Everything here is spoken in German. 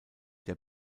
der